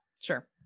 Sure